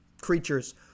creatures